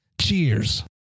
Cheers